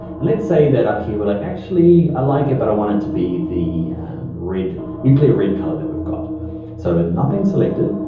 and let's say that up here, we're like, actually i like it but i want it to be the red, nuclear red color that we've got. so with nothing selected,